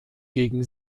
gegen